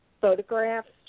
photographs